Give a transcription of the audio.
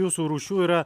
jūsų rūšių yra